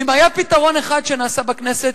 ואם היה פתרון אחד שנעשה בכנסת,